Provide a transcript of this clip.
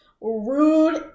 rude